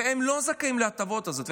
והם לא זכאים להטבה הזאת.